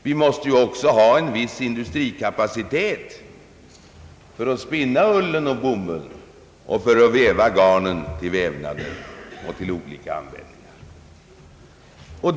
Vi måste ju också ha en viss industrikapacitet för att spinna ull och bomull och för att framställa garn till vävnader och andra användningsområden.